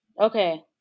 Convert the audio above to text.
Okay